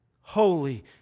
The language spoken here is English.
holy